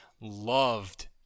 loved